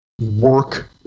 work